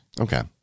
Okay